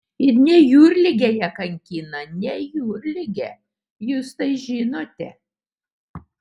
ir ne jūrligė ją kankina ne jūrligė jūs tai žinote